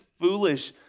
foolish